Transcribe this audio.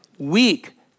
Weak